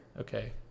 Okay